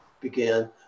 began